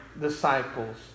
disciples